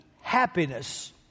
happiness